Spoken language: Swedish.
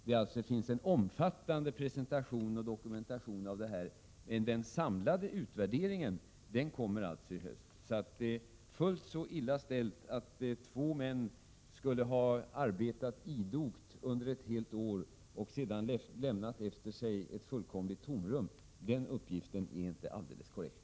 Det finns alltså en omfattande presentation och dokumentation. Den samlade utvärderingen kommer alltså i höst. Fullt så illa ställt att två män skulle ha arbetat idogt under ett helt år och sedan lämnat efter sig ett fullkomligt tomrum är det inte — den uppgiften är inte alldeles korrekt.